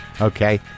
Okay